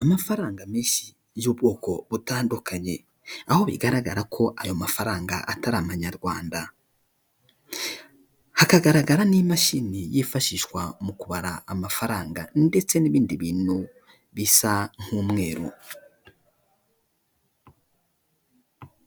Amafaranga menshi y'ubwoko butandukanye aho bigaragara ko ayo mafaranga atari a abanyarwanda hakagaragara n'imashini yifashishwa mu kubara amafaranga ndetse n'ibindi bintu bisa nk'umweru.